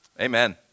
Amen